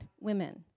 women